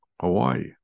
Hawaii